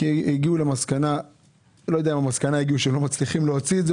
כי הגיעו למסקנה שהם לא מצליחים להוציא את זה,